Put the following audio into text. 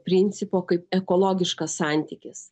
principo kaip ekologiškas santykis